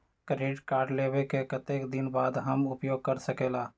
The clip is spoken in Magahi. क्रेडिट कार्ड लेबे के कतेक दिन बाद हम उपयोग कर सकेला?